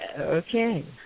Okay